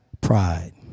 Pride